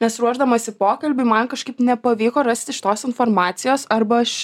nes ruošdamasi pokalbiui man kažkaip nepavyko rasti šitos informacijos arba aš